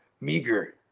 meager